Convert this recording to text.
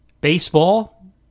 baseball